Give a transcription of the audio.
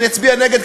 אני אצביע נגד,